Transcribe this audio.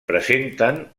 presenten